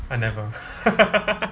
i never